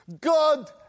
God